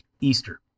Easter